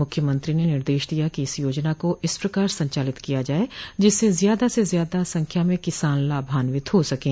मुख्यमंत्री ने निर्देश दिया कि इस योजना को इस प्रकार से संचालित किया जाये जिससे ज्यादा से ज्यादा संख्या में किसान लाभान्वित हो सकें